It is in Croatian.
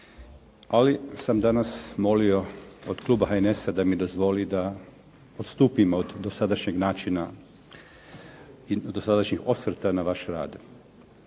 ali sam danas molio od kluba HNS-a da mi dozvoli da odstupim od dosadašnjeg načina i dosadašnjih osvrta na vaš rad.